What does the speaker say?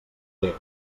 déu